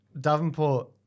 Davenport